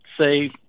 say